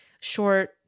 short